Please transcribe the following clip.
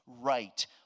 right